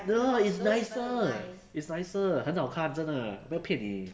ya it's nicer it's nicer 很好看真的没有骗你